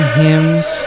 hymns